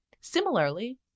Similarly